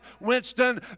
Winston